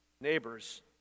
neighbors